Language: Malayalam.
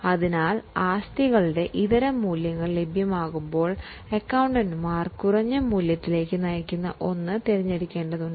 അതിനാൽ ആസ്തികളുടെ ഇതര മൂല്യങ്ങൾ ലഭ്യമാകുമ്പോൾ അക്കൌണ്ടന്റുമാർ കുറഞ്ഞ മൂല്യത്തിലേക്ക് നയിക്കുന്ന ഒന്നിനെ തിരഞ്ഞെടുക്കേണ്ടതുണ്ട്